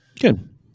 Good